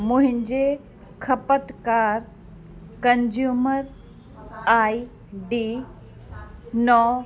मुंहिंजे खपतकार consumer I D नव